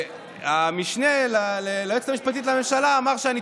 המשנה ליועצת המשפטית לממשלה אמר שאני